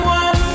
one